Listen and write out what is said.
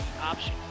option